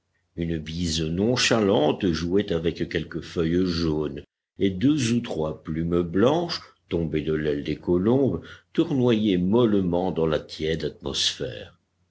une bise nonchalante jouait avec quelques feuilles jaunes et deux ou trois plumes blanches tombées de l'aile des colombes tournoyaient mollement dans la tiède atmosphère